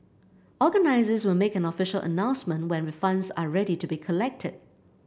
organisers will make an official announcement when refunds are ready to be collected